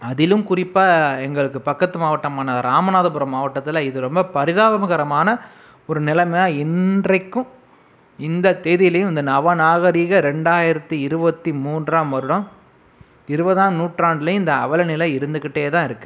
அதிலும் குறிப்பாக எங்களுக்கு பக்கத்து மாவட்டமான ராமநாதபுரம் மாவட்டத்தில் இது ரொம்ப பரிதாபகரமான ஒரு நிலம இன்றைக்கும் இந்த தேதியிலும் இந்த நவநாகரிக இரண்டாயிரத்தி இருபத்தி மூன்றாம் வருடம் இருபதாம் நூற்றாண்டுலையும் இந்த அவல நிலை இருந்துகிட்டேதான் இருக்கு